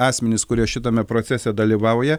asmenis kurie šitame procese dalyvauja